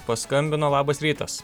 paskambino labas rytas